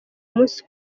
umunsi